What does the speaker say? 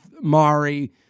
Mari